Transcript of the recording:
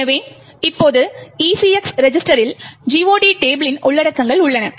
எனவே இப்போது ECX ரெஜிஸ்டரில் GOT டேபிளின் உள்ளடக்கங்கள் உள்ளன